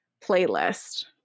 playlist